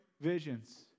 visions